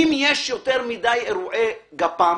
אם יש יותר מדי אירועי גפ"פ,